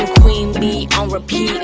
queen bee on repeat,